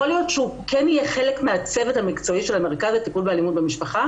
יכול להיות שהוא יהיה חלק מהצוות המקצועי של המרכז לטיפול באלימות במשפחה